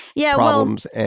problems